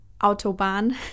autobahn